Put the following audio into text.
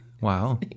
wow